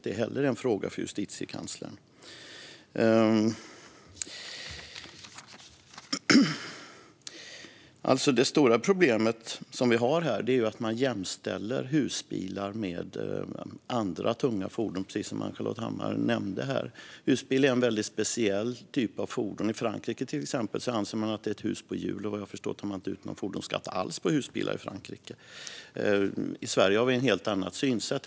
Det stora problemet är att man jämställer husbilar med andra tunga fordon, precis som Ann-Charlotte Hammar Johnsson nämnde här. Husbilen är en väldigt speciell typ av fordon. I Frankrike till exempel anser man att det är ett hus på hjul, och vad jag har förstått tar man inte ut någon fordonsskatt alls på husbilar i Frankrike. I Sverige har vi ett helt annat synsätt.